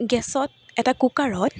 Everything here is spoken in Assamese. গেছত এটা কুকাৰত